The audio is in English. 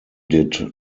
did